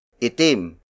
Itim